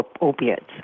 opiates